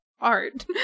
art